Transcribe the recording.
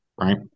right